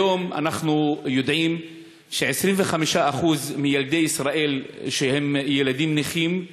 כיום אנחנו יודעים ש-25% מילדי ישראל שהם ילדים נכים,